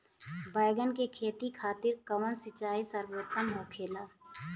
बैगन के खेती खातिर कवन सिचाई सर्वोतम होखेला?